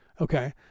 okay